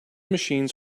machines